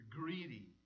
greedy